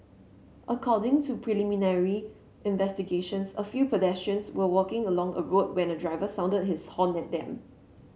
according to preliminary investigations a few pedestrians were walking along a road when a driver sounded his horn at them